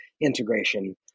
integration